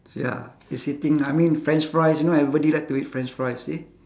ya it's eating I mean french fries you know everybody like to eat french fries you see